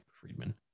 Friedman